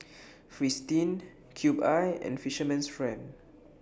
Fristine Cube I and Fisherman's Friend